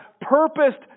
purposed